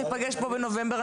וניפגש פה בנובמבר,